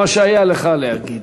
מה שהיה לך להגיד.